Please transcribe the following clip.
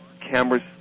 cameras